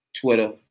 Twitter